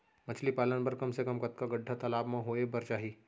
मछली पालन बर कम से कम कतका गड्डा तालाब म होये बर चाही?